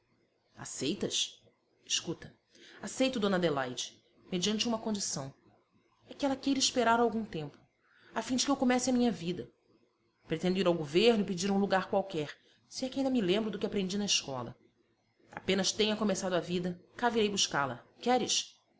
trabalhar aceitas escuta aceito d adelaide mediante uma condição é que ela queira esperar algum tempo a fim de que eu comece a minha vida pretendo ir ao governo e pedir um lugar qualquer se é que ainda me lembro do que aprendi na escola apenas tenha começado a vida cá virei buscá-la queres